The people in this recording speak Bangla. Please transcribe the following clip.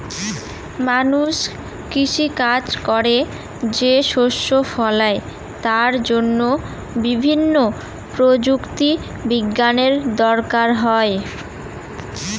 মানুষ কৃষি কাজ করে যে শস্য ফলায় তার জন্য বিভিন্ন প্রযুক্তি বিজ্ঞানের দরকার হয়